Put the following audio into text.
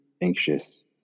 anxious